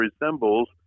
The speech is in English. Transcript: resembles